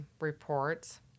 reports